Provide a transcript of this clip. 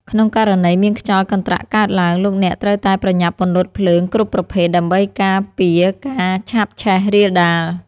ក្នុងករណីមានខ្យល់កន្ត្រាក់កើតឡើង លោកអ្នកត្រូវតែប្រញាប់ពន្លត់ភ្លើងគ្រប់ប្រភេទដើម្បីការពារការឆាបឆេះរាលដាល។